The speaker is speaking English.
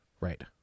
Right